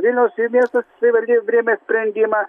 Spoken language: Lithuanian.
vilniaus miesto savivaldybė priėmė sprendimą